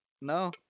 no